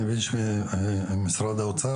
אני מבין שמשרד האוצר,